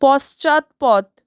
পশ্চাৎপদ